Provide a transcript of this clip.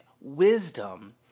wisdom